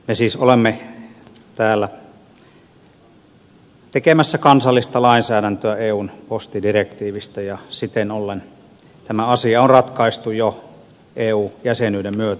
me siis olemme täällä tekemässä kansallista lainsäädäntöä eun postidirektiivistä ja näin ollen tämä on ratkaistu jo eu jäsenyyden myötä